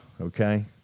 okay